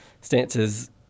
stances